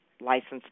licensed